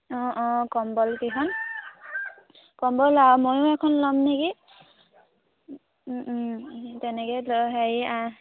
অঁ অঁ কম্বল কেইখন কম্বল আৰু ময়ো এখন ল'ম নেকি তেনেকৈ ধৰ হেৰি আৰু